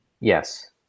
Yes